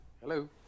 Hello